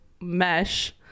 mesh